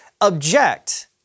object